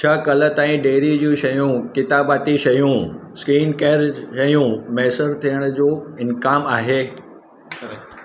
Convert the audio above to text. छा कल्ह ताईं डेयरी जूं शयूं किताबाती शयूं स्किन केयर शयूं मुयसरु थियण जो इम्क़ानु आहे